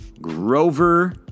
Grover